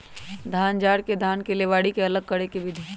धान झाड़ के धान के लेबारी से अलग करे के विधि